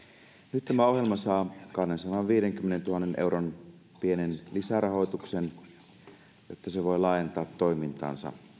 nyt tämä ohjelma saa kahdensadanviidenkymmenentuhannen euron pienen lisärahoituksen että se voi laajentaa toimintaansa